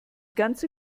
ganze